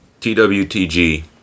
TWTG